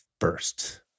first